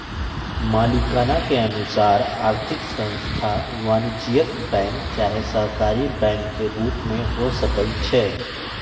मलिकाना के अनुसार आर्थिक संस्थान वाणिज्यिक बैंक चाहे सहकारी बैंक के रूप में हो सकइ छै